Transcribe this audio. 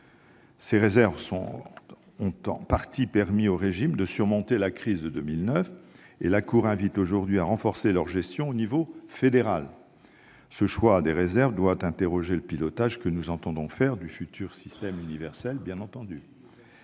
Ces réserves ont en partie permis au régime de surmonter la crise de 2009. La Cour invite aujourd'hui à renforcer leur gestion à l'échelon fédéral. Ce choix des réserves doit conduire à s'interroger sur le pilotage que nous entendons faire du futur système universel. Le second